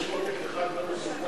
יש עותק אחד לא מסודר.